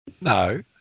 No